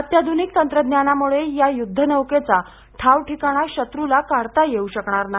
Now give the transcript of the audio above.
अत्याधुनिक तंत्रज्ञानामुळे या युद्धनौकेचा ठावठिकाणा शत्रूला काढता येऊ शकणार नाही